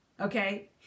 okay